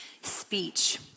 speech